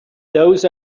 those